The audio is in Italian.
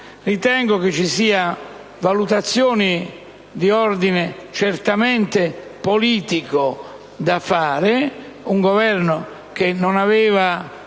Ritengo che ci siano valutazioni di ordine certamente politico da fare. Il Governo non ha